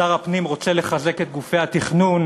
שר הפנים רוצה לחזק את גופי התכנון,